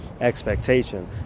expectation